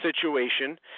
situation